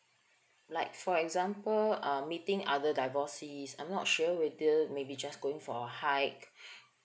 like for example uh meeting other divorcees I'm not sure whether maybe just going for hike